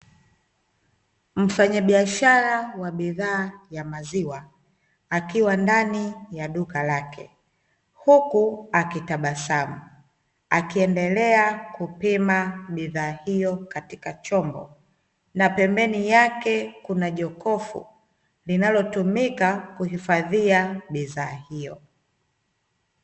Mfanyabiashara wa bidhaa ya maziwa akiwa ndani ya duka lake huku akitabasamu akiendelea kupima bidhaa hiyo katika chombo na pembeni yake kuna jokofu linalotumika kuhifadhia bidhaa hiyo.